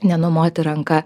nenumoti ranka